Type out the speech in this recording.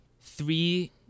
Three